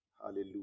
Hallelujah